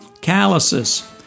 Calluses